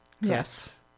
Yes